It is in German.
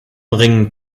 ringend